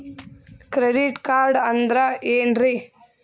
Credit card ಅಂದ್ರ ಏನ್ರೀ?